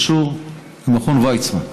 שקשור למכון ויצמן.